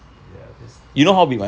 ya that's true